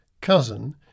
cousin